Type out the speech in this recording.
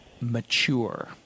mature